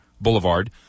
Boulevard